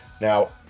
Now